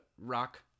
rock